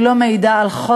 היא לא מעידה על חוזק,